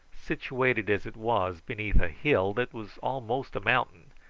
situated as it was beneath a hill that was almost a mountain,